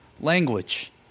language